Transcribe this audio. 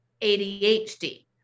ADHD